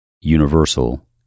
universal